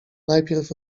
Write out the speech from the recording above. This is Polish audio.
najpierw